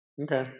Okay